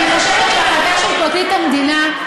אני חושבת שההחלטה היא של פרקליט המדינה.